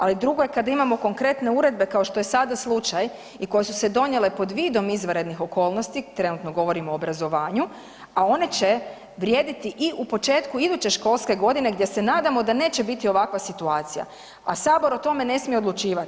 Ali drugo je kada imamo konkretne uredbe kao što je sada slučaj i koje su se donijele pod vidom izvanrednih okolnosti trenutno govorim o obrazovanju, a one će vrijediti i u početku iduće školske godine gdje se nadamo da neće biti ovakva situacija, a Sabor o tome ne smije odlučivati.